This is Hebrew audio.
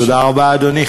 תודה רבה, אדוני.